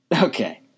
okay